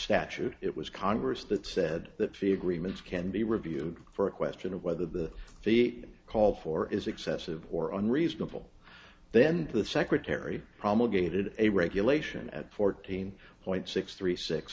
statute it was congress that said that fee agreements can be reviewed for a question of whether the the call for is excessive or unreasonable then the secretary promulgated a regulation at fourteen point six three six